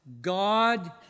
God